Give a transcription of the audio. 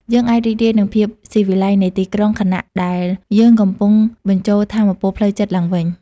យើងអាចរីករាយនឹងភាពស៊ីវិល័យនៃទីក្រុង ខណៈពេលដែលយើងកំពុងបញ្ចូលថាមពលផ្លូវចិត្តឡើងវិញ។